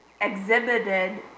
exhibited